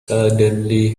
suddenly